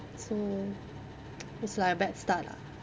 so it's like a bad start lah